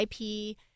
IP